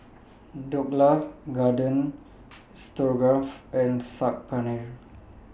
Dhokla Garden Stroganoff and Saag Paneer